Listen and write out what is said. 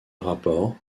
rapport